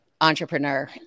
entrepreneur